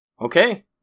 Okay